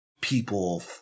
people